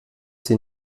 sie